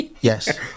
yes